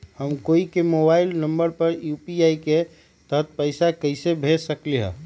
हम कोई के मोबाइल नंबर पर यू.पी.आई के तहत पईसा कईसे भेज सकली ह?